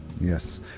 yes